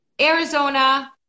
Arizona